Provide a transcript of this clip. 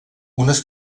unes